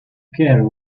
care